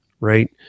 right